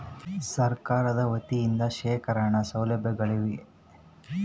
ಸರಕಾರದ ವತಿಯಿಂದ ಶೇಖರಣ ಸೌಲಭ್ಯಗಳಿವೆಯೇ?